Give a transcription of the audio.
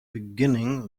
beginning